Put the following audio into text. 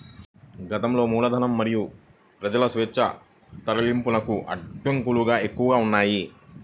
గతంలో మూలధనం మరియు ప్రజల స్వేచ్ఛా తరలింపునకు అడ్డంకులు ఎక్కువగా ఉన్నాయి